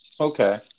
Okay